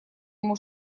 ему